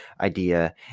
idea